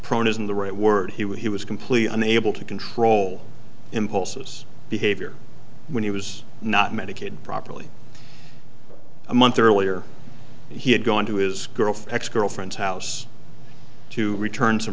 prone isn't the right word he was completely unable to control impulses behavior when he was not medicated properly a month earlier he had gone to his girl fax girlfriend's house to return some